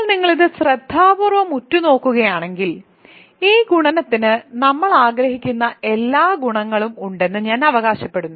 ഇപ്പോൾ നിങ്ങൾ ഇത് ശ്രദ്ധാപൂർവ്വം ഉറ്റുനോക്കുകയാണെങ്കിൽ ഈ ഗുണനത്തിന് നമ്മൾ ആഗ്രഹിക്കുന്ന എല്ലാ ഗുണങ്ങളും ഉണ്ടെന്ന് ഞാൻ അവകാശപ്പെടുന്നു